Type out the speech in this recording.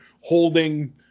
holding